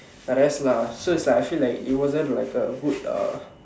the rest lah so it's like I feel like it wasn't like a good uh